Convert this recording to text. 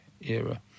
era